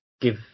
Give